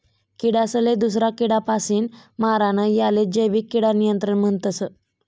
किडासले दूसरा किडापासीन मारानं यालेच जैविक किडा नियंत्रण म्हणतस